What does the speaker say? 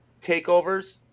takeovers